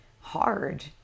hard